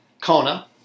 Kona